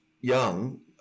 young